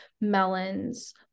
melons